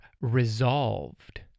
resolved